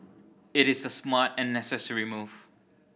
it is the smart and necessary move